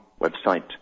website